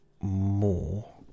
more